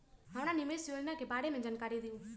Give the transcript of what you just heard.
हमरा निवेस योजना के बारे में जानकारी दीउ?